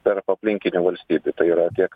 tarp aplinkinių valstybių tai yra tiek